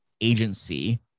agency